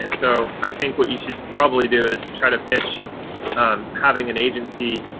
and so, i think what you should probably do is try to pitch having an agency,